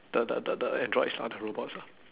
the the the the androids lah the robots lah